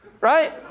Right